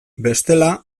bestela